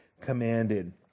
commanded